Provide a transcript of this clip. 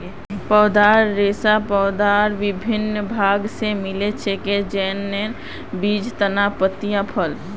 पौधार रेशा पौधार विभिन्न भाग स मिल छेक, जैन न बीज, तना, पत्तियाँ, फल